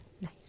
Nice